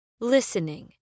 Listening